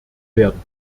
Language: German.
werden